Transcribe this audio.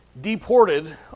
deported